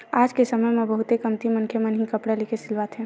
आज के समे म बहुते कमती मनखे मन ही कपड़ा लेके सिलवाथे